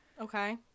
Okay